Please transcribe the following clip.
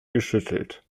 geschüttelt